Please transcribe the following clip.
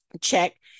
check